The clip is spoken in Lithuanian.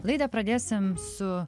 laidą pradėsim su